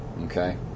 Okay